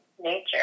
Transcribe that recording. nature